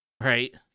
Right